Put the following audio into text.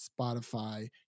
Spotify